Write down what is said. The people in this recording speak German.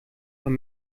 von